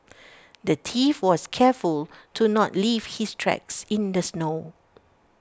the thief was careful to not leave his tracks in the snow